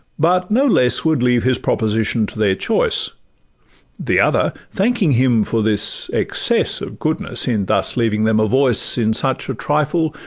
but no less would leave his proposition to their choice the other, thanking him for this excess of goodness, in thus leaving them a voice in such a trifle,